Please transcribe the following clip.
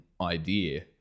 idea